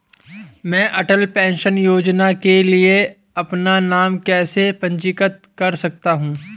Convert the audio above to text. मैं अटल पेंशन योजना के लिए अपना नाम कैसे पंजीकृत कर सकता हूं?